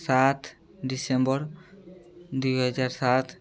ସାତ ଡିସେମ୍ବର ଦୁଇହଜାର ସାତ